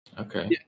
Okay